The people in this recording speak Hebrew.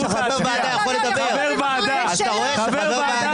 חבר הכנסת בוסו.